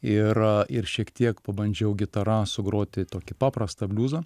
ir ir šiek tiek pabandžiau gitara sugroti tokį paprastą bliuzą